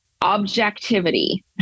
objectivity